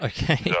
Okay